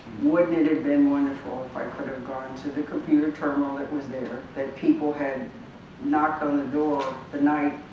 wouldn't it have been wonderful if i could have gone to the computer terminal that was there that people had knocked on the door the night,